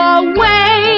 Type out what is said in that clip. away